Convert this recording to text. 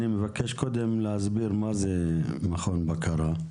אני מבקש קודם להסביר מה זה "מכון בקרה",